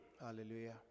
Hallelujah